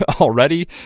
already